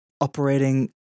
operating